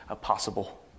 possible